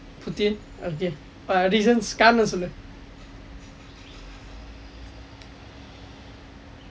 putin okay ah reasons gun னு சொல்லு:nu sollu